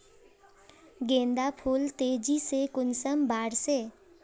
गेंदा फुल तेजी से कुंसम बार से?